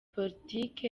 politiki